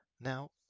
Now